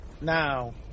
now